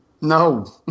No